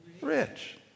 Rich